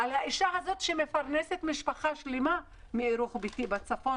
על האישה שמפרנסת משפחה שלמה מהאירוח ביתי בצפון